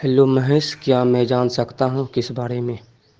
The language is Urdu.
ہیلو مہیش کیا میں جان سکتا ہوں کس بارے میں